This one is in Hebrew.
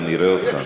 גם נראה אותך.